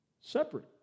separate